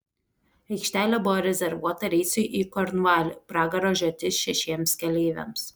aikštelė buvo rezervuota reisui į kornvalį pragaro žiotis šešiems keleiviams